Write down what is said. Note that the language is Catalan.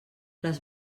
les